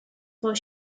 for